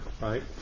right